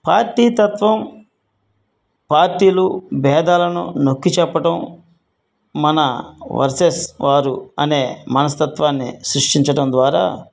పార్టీతత్వం పార్టీలు భేదాలను నొక్కి చెప్పటం మన వర్సెస్ వారు అనే మనస్తత్వాన్ని సృష్టించటడం ద్వారా